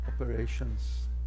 operations